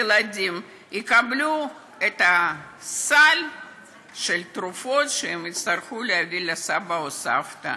הילדים האלה יקבלו את סל התרופות שהם יצטרכו להביא לסבא או סבתא,